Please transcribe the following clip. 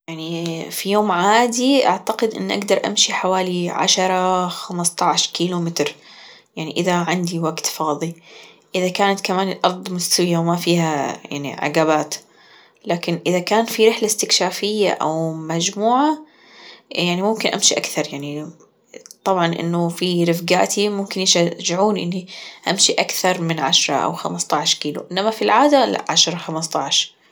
يعني اا في يوم عادي أعتقد إني أقدر أمشي حوالي عشرة خمستاش كيلو متر يعني إذا عندي وقت فاضي إذا كان كمان الارض مستوية وما فيها يعني عجبات. لكن إذا كان في رحلة إستكشافية او مجموعة يعني ممكن أمشي أكثر يعني طبعا إنه في رفجاتي ممكن يشجعوني إني أمشي أكثر من عشرة او خمستاش كيلو إنما في العادة لاعشرة خمستاش